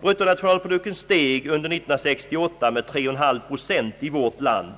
Bruttonationalprodukten steg under 1968 med 3,5 procent i vårt land,